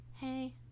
hey